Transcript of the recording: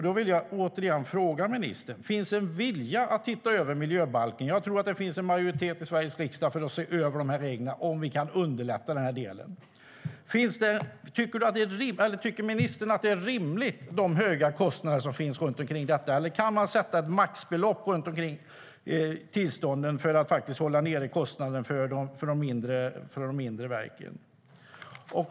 Då vill jag återigen fråga ministern: Finns det en vilja att se över miljöbalken? Jag tror att det finns en majoritet i Sveriges riksdag för att se över reglerna om vi kan underlätta i den här delen. Tycker ministern att de höga kostnaderna som finns runt detta är rimliga? Eller kan man sätta ett maxbelopp för tillstånden för att hålla nere kostnaderna för de mindre verken?